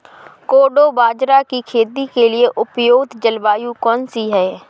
कोडो बाजरा की खेती के लिए उपयुक्त जलवायु कौन सी है?